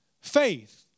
faith